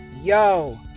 Yo